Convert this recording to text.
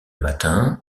matin